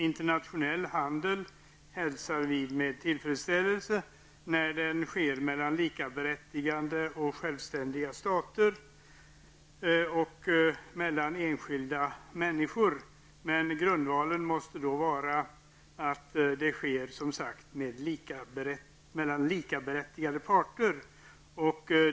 Internationell handel hälsar vi med tillfredsställelse när den sker mellan likaberättigade och självständiga stater och enskilda människor. Grundvalen måste då vara att det, som sagt, sker mellan likaberättigade parter.